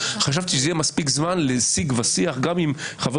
חשבתי שיהיה מספיק זמן לשיג ושיח גם אם חבר